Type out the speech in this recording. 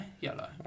yellow